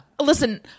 Listen